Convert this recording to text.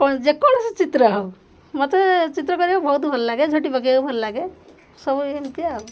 କ'ଣ ଯେକୌଣସି ଚିତ୍ର ହଉ ମତେ ଚିତ୍ର କରିବାକୁ ବହୁତ ଭଲ ଲାଗେ ଝୋଟି ପକେଇବାକୁ ଭଲ ଲାଗେ ସବୁ ଏମିତି ଆଉ